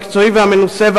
המקצועי והמנוסה,